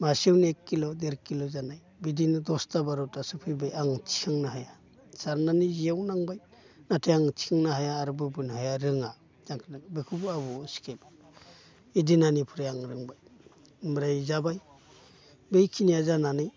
मासेयावनो एक किल' देर किल' जानाय बिदिनो दसथा बार'थासो फैबाय आंबो थिखांनो हाया सारनानै जेयाव नांबाय नाथाय आङो थिखांनो हाया आरो बोबोनो हाया रोङा बेखौबो आबौआ सिखायबाय इ दिननिफ्राय आं रोंबाय ओमफ्राय जाबाय बै खिनिया जानानै